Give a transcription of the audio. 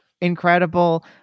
incredible